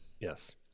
Yes